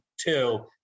two